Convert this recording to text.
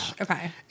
Okay